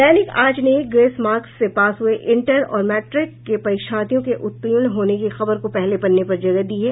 दैनिक आज ने grace marks से pass हुये इंटर और मैट्रिक के परीक्षार्थियों के उत्तीर्ण होने की खबर को पहले पन्ने पर जगह दी है